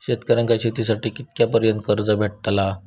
शेतकऱ्यांका शेतीसाठी कितक्या पर्यंत कर्ज भेटताला?